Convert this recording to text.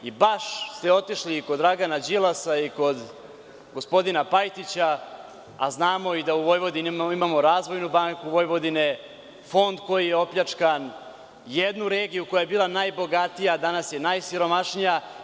Baš ste otišli kod Dragana Đilasa i kod gospodina Pajtića, a znamo da u Vojvodini imamo „Razvojnu banku Vojvodine“, fond koji je opljačkan, jednu regiju koja je bila najbogatija, a danas je najsiromašnija.